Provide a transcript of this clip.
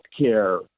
healthcare